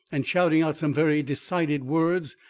and shouting out some very decided words,